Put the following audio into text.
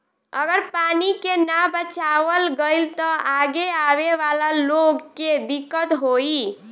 अगर पानी के ना बचावाल गइल त आगे आवे वाला लोग के दिक्कत होई